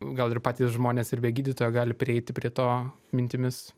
gal ir patys žmonės ir be gydytojo gali prieiti prie to mintimis